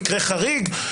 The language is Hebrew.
שבמקרים אחרים זה אסור.